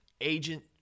Agent